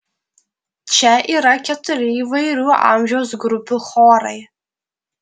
čia yra keturi įvairių amžiaus grupių chorai